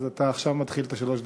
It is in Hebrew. אז אתה עכשיו מתחיל את שלוש הדקות.